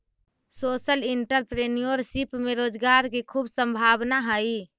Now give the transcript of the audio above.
social entrepreneurship में रोजगार के खूब संभावना हई